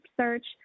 search